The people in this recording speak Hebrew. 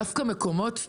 דווקא מקומות,